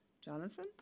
Jonathan